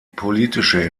politische